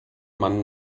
man